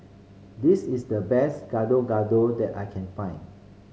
this is the best Gado Gado that I can find